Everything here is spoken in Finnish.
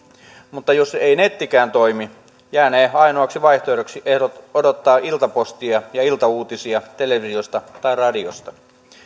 mutta jos ei nettikään toimi jäänee ainoaksi vaihtoehdoksi odottaa iltapostia ja iltauutisia televisiosta tai radiosta